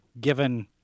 given